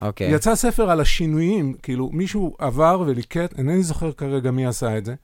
יצא ספר על השינויים, כאילו מישהו עבר וליקט, אינני זוכר כרגע מי עשה את זה.